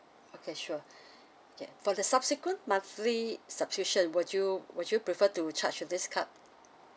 okay sure okay for the subsequent monthly subscription would you would you prefer to charge to this card